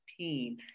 16